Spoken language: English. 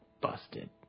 busted